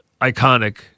iconic